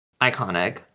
Iconic